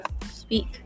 Speak